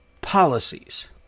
policies